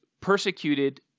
persecuted